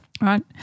right